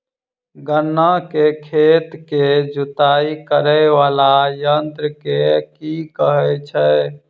गन्ना केँ खेत केँ जुताई करै वला यंत्र केँ की कहय छै?